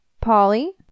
Polly